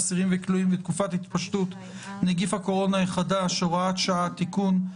אסירים וכלואים בתקופת התפשטות נגיף הקורונה החדש (הוראת שעה) (תיקון),